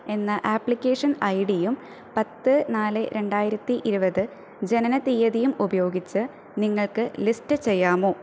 എന്ന ആപ്ലിക്കേഷൻ ഐ ഡിയും പത്ത് നാല് രണ്ടായിരത്തി ഇരുപത് ജനനതീയതിയും ഉപയോഗിച്ച് നിങ്ങൾക്ക് ലിസ്റ്റ് ചെയ്യാമോ